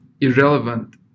irrelevant